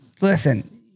listen